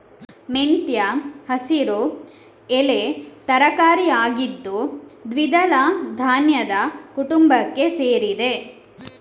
ಮೆಂತ್ಯ ಹಸಿರು ಎಲೆ ತರಕಾರಿ ಆಗಿದ್ದು ದ್ವಿದಳ ಧಾನ್ಯದ ಕುಟುಂಬಕ್ಕೆ ಸೇರಿದೆ